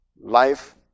life